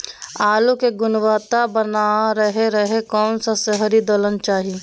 आलू की गुनबता बना रहे रहे कौन सा शहरी दलना चाये?